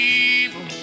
evil